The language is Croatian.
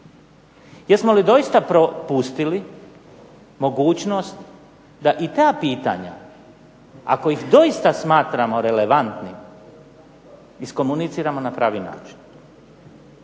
Jesmo li doista propustili mogućnost da i ta pitanja ako ih doista smatramo relevantnim iskomuniciramo na pravi način.